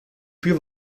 più